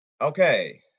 Okay